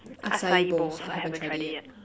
acai-bowls I haven't tried it yet